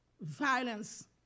violence